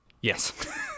Yes